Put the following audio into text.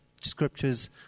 scriptures